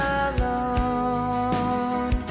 alone